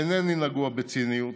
אינני נגוע בציניות.